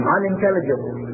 Unintelligible